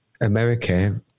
America